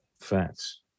Facts